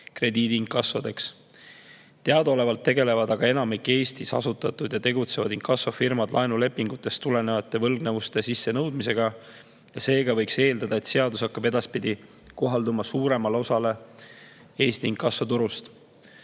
krediidiinkassodeks. Teadaolevalt tegelevad aga enamik Eestis asutatud ja tegutsevaid inkassofirmasid laenulepingutest tulenevate võlgnevuste sissenõudmisega. Seega võiks eeldada, et seadus hakkab edaspidi kohalduma suuremale osale Eesti inkassoturust.